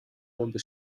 żeby